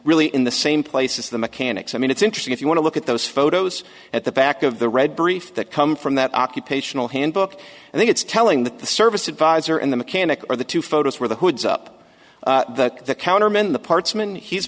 really in the same place as the mechanics i mean it's interesting if you want to look at those photos at the back of the red brief that come from that occupational handbook i think it's telling that the service advisor and the mechanic are the two photos where the hoods up the counterman the